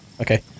Okay